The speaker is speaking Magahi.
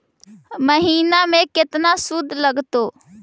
महिना में केतना शुद्ध लगतै?